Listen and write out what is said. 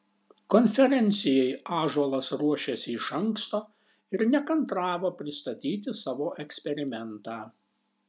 konferencijai ąžuolas ruošėsi iš anksto ir nekantravo pristatyti savo eksperimentą